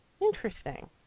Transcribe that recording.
Interesting